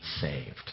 saved